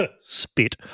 spit